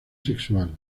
sexual